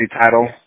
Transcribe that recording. title